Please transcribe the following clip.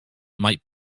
might